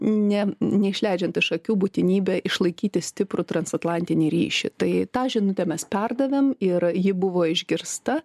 ne neišleidžiant iš akių būtinybę išlaikyti stiprų transatlantinį ryšį tai tą žinutę mes perdavėm ir ji buvo išgirsta